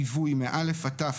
ליווי מאל"ף עד תי"ו,